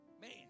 man